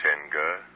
Tenga